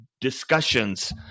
discussions